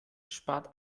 spart